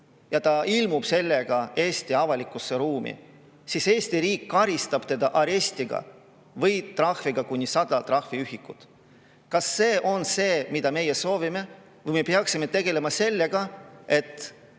burkat, ilmub sellega Eesti avalikku ruumi, siis Eesti riik karistab teda arestiga või trahviga kuni 100 trahviühikut. Kas see on see, mida meie soovime, või peaksime me tegelema sellega ja